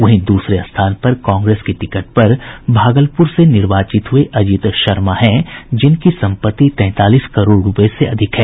वहीं दूसरे स्थान पर कांग्रेस के टिकट पर भागलपुर से निर्वाचित हुए अजित शर्मा है जिनकी संपत्ति तैंतालीस करोड़ रूपये से अधिक है